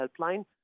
Helpline